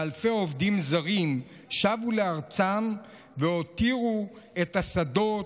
ואלפי עובדים זרים שבו לארצם והותירו את השדות,